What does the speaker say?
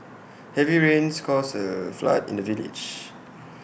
heavy rains caused A flood in the village